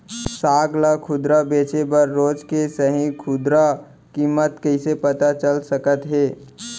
साग ला खुदरा बेचे बर रोज के सही खुदरा किम्मत कइसे पता चल सकत हे?